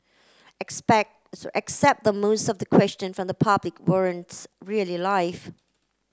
expect except that most of the question from the public weren't really live